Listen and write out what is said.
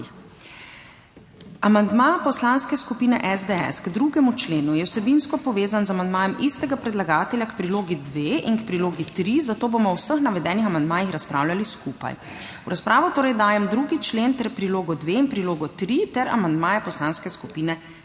Amandma Poslanske skupine SDS k 2. členu je vsebinsko povezan z amandmajem istega predlagatelja k prilogi dve in k prilogi tri, zato bomo o vseh navedenih amandmajih razpravljali skupaj. V razpravo torej dajem 2. člen ter prilogo dve in prilogo tri ter amandmaje Poslanske skupine SDS.